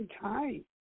time